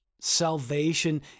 salvation